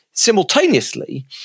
simultaneously